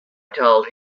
told